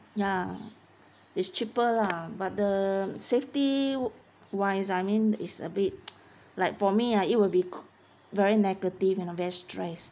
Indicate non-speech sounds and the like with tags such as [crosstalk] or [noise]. ya it's cheaper lah but the safety wise I mean is a bit [noise] like for me ah it will be [noise] very negative and very stress